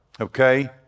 okay